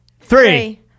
three